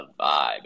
vibe